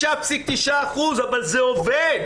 אני מבין את הבלאגן.